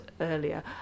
earlier